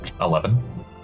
Eleven